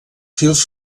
fils